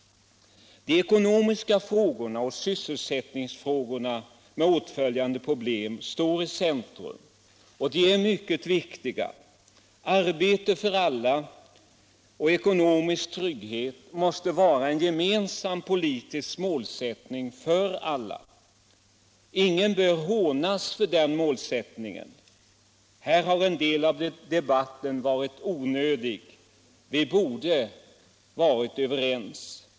De ekonomiska frågorna och sysselsättningsfrågorna med åtföljande problem står i centrum, och de är mycket viktiga. Arbete för alla och ekonomisk trygghet måste vara en gemensam politisk målsättning för alla. Ingen bör hånas för den målsättningen. Här har en del av debatten varit onödigt — vi borde ha varit överens.